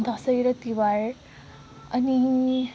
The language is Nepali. दसैँ र तिहार अनि